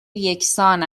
یکسان